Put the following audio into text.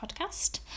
podcast